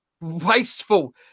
wasteful